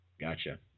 Gotcha